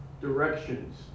directions